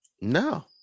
No